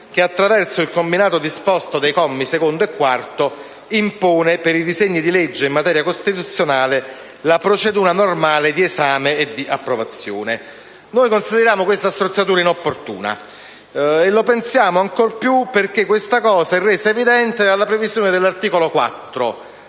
che, attraverso il combinato disposto dei commi secondo e quarto, impone per i disegni di legge in materia costituzionale la procedura normale di esame e di approvazione. Noi consideriamo questa strozzatura inopportuna, e lo pensiamo ancor più perché ciò è reso evidente dalla previsione dell'articolo 4